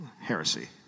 heresy